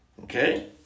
Okay